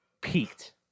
peaked